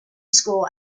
school